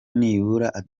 nibura